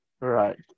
Right